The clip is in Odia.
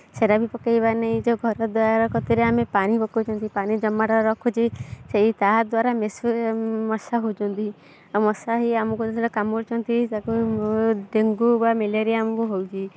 ସେଇଟା ବି ପକାଇବା ନେଇ ଯେଉଁ ଘର ଦ୍ୱାରା କତିରେ ଆମେ ପାଣି ପକଉଛନ୍ତି ପାଣି ଜମାଟ ରଖୁଛି ସେଇ ତାହା ଦ୍ୱାରା ମେଶୋ ମଶା ହେଉଛନ୍ତି ଆଉ ମଶା ହେଇ ଆମକୁ ଯେତେବେଳେ କାମୁଡ଼ୁଛନ୍ତି ତାକୁ ଡେଙ୍ଗୁ ବା ମ୍ୟାଲେରିଆ ଆମକୁ ହେଉଛି